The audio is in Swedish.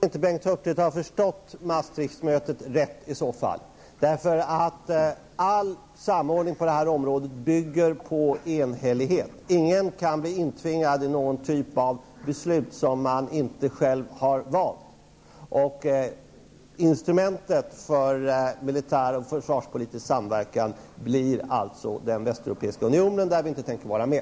Herr talman! Jag tror i så fall inte att Bengt Hurtig har förstått Maastrichtmötet rätt. All samordning på det här området bygger på enhällighet. Ingen kan bli intvingad i någon typ av beslut som man inte själv har valt. Instrumentet för militär och försvarspolitisk samverkan blir Västeuropeiska unionen, där vi inte tänker vara med.